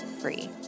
free